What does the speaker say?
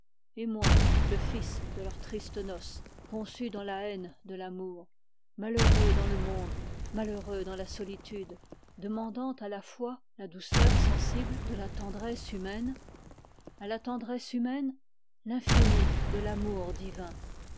et moi le fils de leurs tristes noces conçu dans la haine de l'amour malheureux dans le monde malheureux dans la solitude demandant à la foi la douceur sensible de la tendresse humaine à la tendresse humaine l'infini de l'amour divin